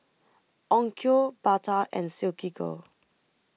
Onkyo Bata and Silkygirl